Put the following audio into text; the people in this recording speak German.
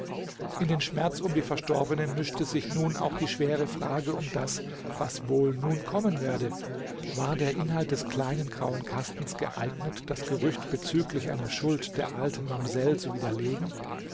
in den schmerz um die verstorbene mischte sich nun auch die schwere frage um das was wohl nun kommen werde war der inhalt des kleinen grauen kastens geeignet das gerücht bezüglich einer schuld der alten mamsell zu widerlegen